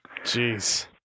Jeez